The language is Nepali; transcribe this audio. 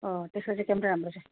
अँ त्यसको चाहिँ क्यामरा राम्रो छ